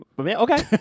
Okay